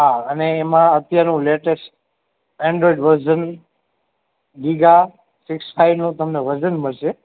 હા અને એમાં અત્યારનું latest Android version giga six ફાઇવનું તમને વર્ઝન મળશે